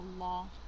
Allah